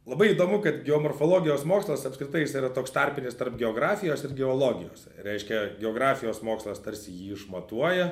labai įdomu kad geomorfologijos mokslas apskritai jis yra toks tarpinis tarp geografijos geologijos reiškia geografijos mokslas tarsi jį išmatuoja